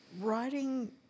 writing